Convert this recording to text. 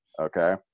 okay